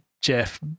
Jeff